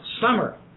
summer